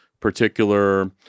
particular